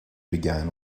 began